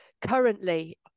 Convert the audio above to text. currently